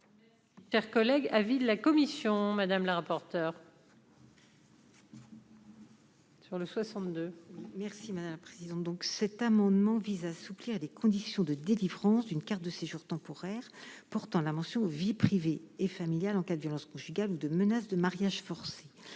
Chers collègues, avis de la commission madame la rapporteure. Sur le 62 merci madame la présidente, donc, cet amendement vise à assouplir les conditions de délivrance d'une carte de séjour temporaire portant la mention vie privée et familiale en cas de violence conjugale ou de menaces de mariage forcé